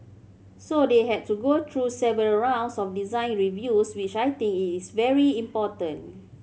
so they had to go through several rounds of design reviews which I think it is very important